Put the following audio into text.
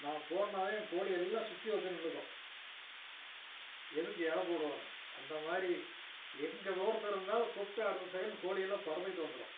நான் போனாலே என் கோழி எல்லாம் சுற்றி வந்து நின்றுக்கும் எதுக்கு எரை போடுவாங்க அந்த மாதிரி எங்கே சுவடு தெரிந்தாலும் கூப்பிட்டா அடுத்த செகண்ட் கோழி எல்லாம் பறந்துக்கிட்டு வந்துடும்